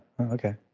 Okay